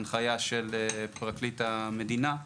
הנחיה של פרקליט המדינה,